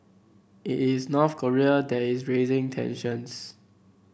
it is North Korea that is raising tensions